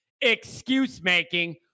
excuse-making